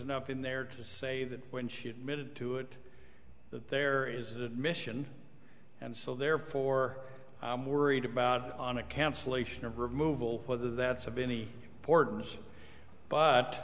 enough in there to say that when she admitted to it that there is an admission and so therefore i'm worried about on a cancellation of removal whether that's a binny